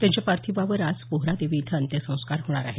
त्यांच्या पार्थिवावर आज पोहरादेवी इथं अंत्यसंस्कार होणार आहेत